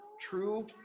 true